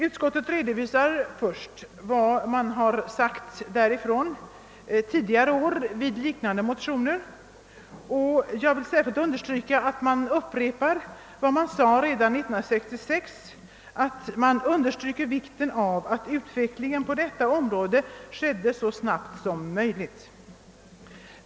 Utskottet redovisar först vad det sagt tidigare år med anledning av liknande motioner. Jag vill särskilt understryka att man upprepar vad man sade redan 1966, då man framhävde vikten av att utvecklingen på detta område skedde så snabbt som möjligt.